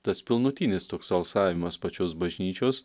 tas pilnutinis toks alsavimas pačios bažnyčios